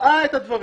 ראה את הדברים.